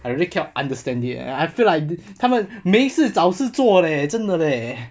I really can't understand this I feel like 他们没事找事做嘞真的嘞